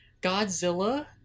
Godzilla